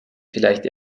vielleicht